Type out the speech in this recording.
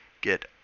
get